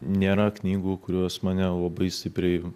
nėra knygų kurios mane labai stipriai